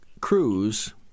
cruise